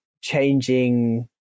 changing